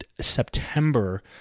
September